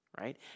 right